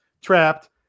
trapped